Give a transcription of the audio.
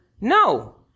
No